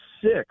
six